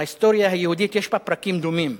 ההיסטוריה היהודית, יש בה פרקים דומים.